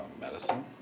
Medicine